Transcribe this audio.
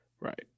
Right